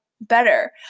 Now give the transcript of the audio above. better